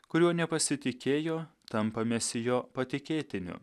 kuriuo nepasitikėjo tampa mesijo patikėtiniu